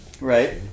Right